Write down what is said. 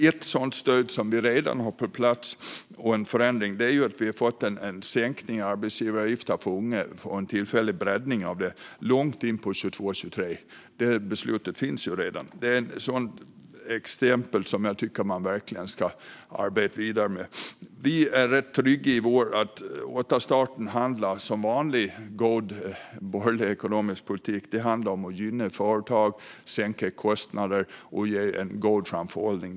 Ett stöd som vi redan har fått på plats är den tillfälliga breddningen av sänkta arbetsgivaravgifter för unga, långt in på 2023. Det beslutet finns redan. Det är ett exempel på sådant som jag verkligen tycker att man ska arbeta vidare med. Vi är rätt trygga i att återstarten, som vanlig god borgerlig ekonomisk politik, handlar om att gynna företag, sänka kostnader och ge en god framförhållning.